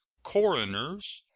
coroners,